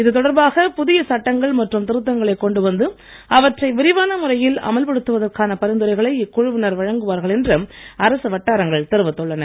இது தொடர்பாக புதிய சட்டங்கள் மற்றும் திருத்தங்களைக் கொண்டுவந்து அவற்றை விரிவான முறையில் அமல் படுத்துவதற்கான பரிந்துரைகளை இக்குழுவினர் வழங்குவார்கள் என்று அரசு வட்டாரங்கள் தெரிவித்துள்ளன